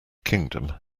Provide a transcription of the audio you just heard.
kingdom